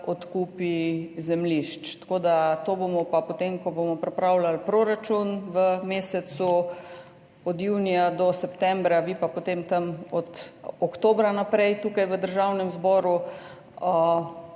odkupi zemljišč. To bomo pa potem, ko bomo pripravljali proračun v mesecih od junija do septembra, vi pa potem od oktobra naprej tukaj v Državnem zboru,